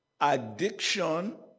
Addiction